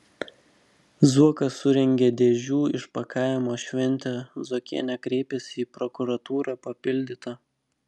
zuokas surengė dėžių išpakavimo šventę zuokienė kreipėsi į prokuratūrą papildyta